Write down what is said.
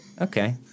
okay